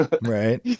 Right